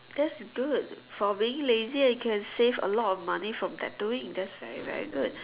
that's good for being lazy and can save a lot money from tattooing that's very very good